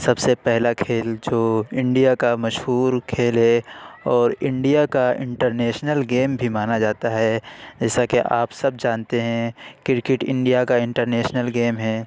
سب سے پہلا کھیل جو انڈیا کا مشہور کھیل ہے اور انڈیا کا انٹرنیشنل گیم بھی مانا جاتا ہے جیسا کہ آپ سب جانتے ہیں کرکٹ انڈیا کا انٹرنیشنل گیم ہے